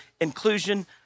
inclusion